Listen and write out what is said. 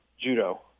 judo